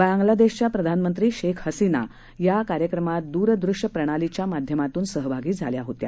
बांगलादेशच्या प्रधानमंत्री शेख हसीना या ही या कार्यक्रमात दूरदृश्य प्रणालीच्या माध्यमातून सहभागी झाल्या होत्या